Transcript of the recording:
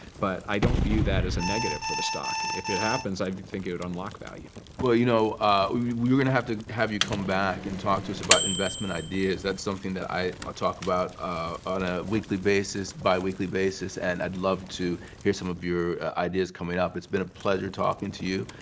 but i don't view that as a negative for the stock. if it happens, i think it would unlock value. ed harrison well, you know we're going to have to have you come back and talk to us about investment ideas. that's something that i ah talk about on a weekly basis, bi-weekly basis. and i'd love to hear some of your ideas coming up. it's been a pleasure talking to you.